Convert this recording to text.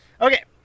Okay